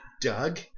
Doug